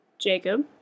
Jacob